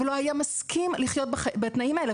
ולא היה מסכים לחיות בתנאים האלה.